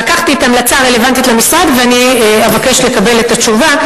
לקחתי את ההמלצה הרלוונטית למשרד ואני אבקש לקבל את התשובה.